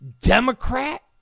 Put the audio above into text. Democrat